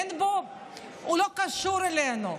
הוא לא קשור אלינו?